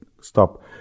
stop